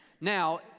Now